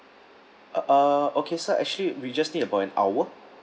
ah uh okay sir actually we just need about an hour